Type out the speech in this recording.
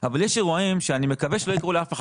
אבל יש אירועים שאני מקווה שלא יקרו